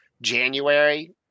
January